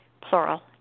plural